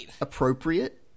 appropriate